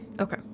Okay